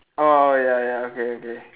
oh ya ya okay okay